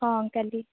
ହଁ କାଲି